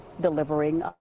delivering